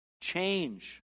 change